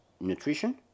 nutrition